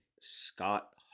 Scott